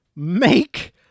make